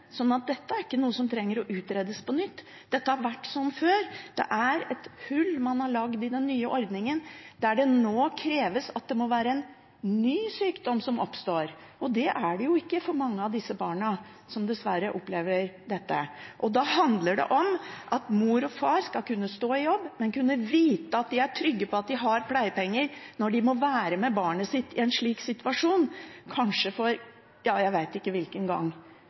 dette er ikke noe som trenger å utredes på nytt. Dette har vært sånn før. Det er et hull man har laget i den nye ordningen, der det nå kreves at det må være en ny sykdom som oppstår, noe det jo ikke er for mange av disse barna som dessverre opplever dette. Det handler om at mor og far skal kunne stå i jobb, men kunne vite at de er trygge på å ha pleiepenger når de må være med barnet sitt i en slik situasjon, kanskje for – ja, jeg vet ikke for hvilken gang.